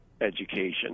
education